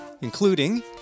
Including